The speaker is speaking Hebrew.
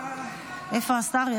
איפה השר?